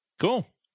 Cool